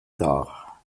dar